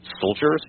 Soldiers